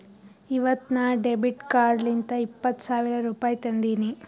ಇವತ್ ನಾ ಡೆಬಿಟ್ ಕಾರ್ಡ್ಲಿಂತ್ ಇಪ್ಪತ್ ಸಾವಿರ ರುಪಾಯಿ ತಂದಿನಿ